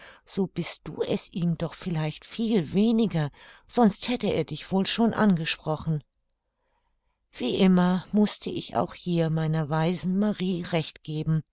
so bist du es ihm doch vielleicht viel weniger sonst hätte er dich wohl schon angesprochen wie immer mußte ich auch hier meiner weisen marie recht geben